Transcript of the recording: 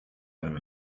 einem